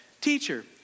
Teacher